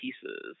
pieces